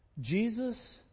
Jesus